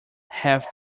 have